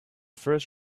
first